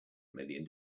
million